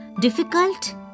difficult